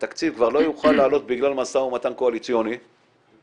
והתקציב כבר לא יוכל לעלות בגלל משא ומתן קואליציוני אז